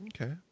Okay